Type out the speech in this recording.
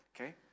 okay